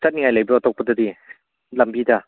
ꯆꯠꯅꯤꯡꯉꯥꯏ ꯂꯩꯕ꯭ꯔꯣ ꯑꯇꯣꯞꯄꯗꯗꯤ ꯂꯝꯕꯤꯗ